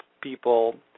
people